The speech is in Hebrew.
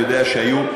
אני יודע שהיו,